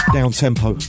Down-tempo